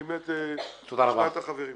נשמע את החברים.